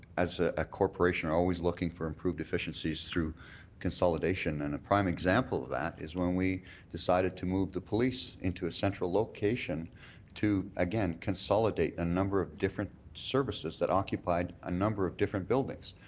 as a a corporationr always looking for improved efficiencies through consolidation and the prime example of that is when we decided to move the police into a central location to, again, consolidate a number of different services that occupied a number of different buildings.